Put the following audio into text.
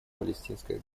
палестинское